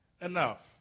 Enough